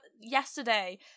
yesterday